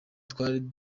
twari